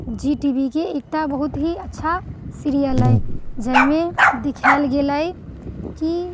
जी T V के एकटा बहुत ही अच्छा सीरियल अइ जाहिमे देखायल गेल अइ कि